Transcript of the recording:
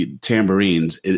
tambourines